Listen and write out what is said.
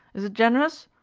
is it gen'rous?